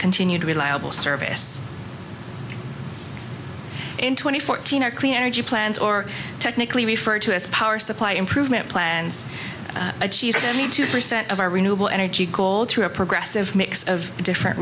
continued reliable service and twenty fourteen hour clean energy plans or technically referred to as a power supply improvement plans achieve seventy two percent of our renewable energy goal through a progressive mix of different